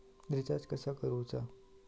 Recharge कसा करूचा?